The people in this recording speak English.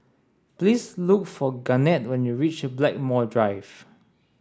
please look for Garnett when you reach Blackmore Drive